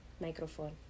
microphone